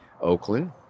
Oakland